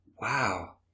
wow